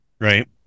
Right